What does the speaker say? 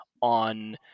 on